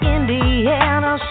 Indiana